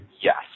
Yes